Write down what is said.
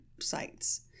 sites